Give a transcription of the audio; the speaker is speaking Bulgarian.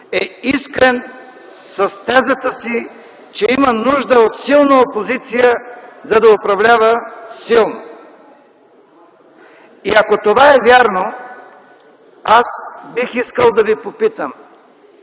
е искрен с тезата си, че има нужда от силна опозиция, за да управлява силно. И ако това е вярно, бих искал да Ви попитам: